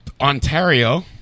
Ontario